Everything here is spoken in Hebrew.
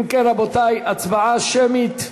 אם כן, רבותי, הצבעה שמית.